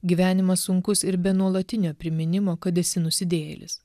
gyvenimas sunkus ir be nuolatinio priminimo kad esi nusidėjėlis